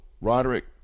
Roderick